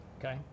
Okay